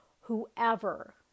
whoever